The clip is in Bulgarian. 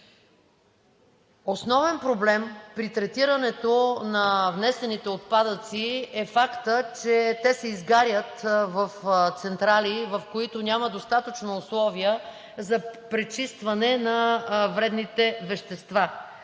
Основен проблем при третирането на внесените отпадъци е фактът, че те се изгарят в централи, в които няма достатъчно условия за пречистване на вредните вещества.